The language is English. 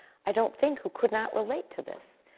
i don't think, who could not relate to this.